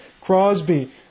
Crosby